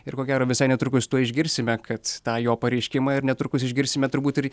ir ko gero visai netrukus tuoj išgirsime kad tą jo pareiškimą ir netrukus išgirsime turbūt ir